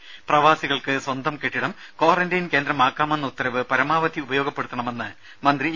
ത പ്രവാസികൾക്ക് സ്വന്തം കെട്ടിടം ക്വാറന്റൈൻ കേന്ദ്രമാക്കാമെന്ന ഉത്തരവ് പരമാവധി ഉപയോഗപ്പെടുത്തണമെന്ന് മന്ത്രി ഇ